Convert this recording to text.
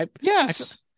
Yes